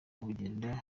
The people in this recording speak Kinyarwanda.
bugenda